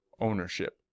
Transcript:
ownership